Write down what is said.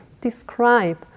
describe